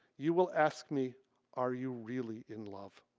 you will ask me are you really in love?